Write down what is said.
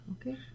okay